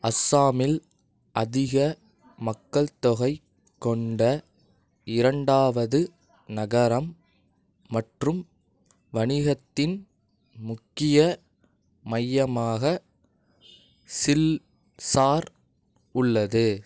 அஸ்ஸாமில் அதிக மக்கள் தொகை கொண்ட இரண்டாவது நகரம் மற்றும் வணிகத்தின் முக்கிய மையமாக சில்சார் உள்ளது